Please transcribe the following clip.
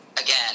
again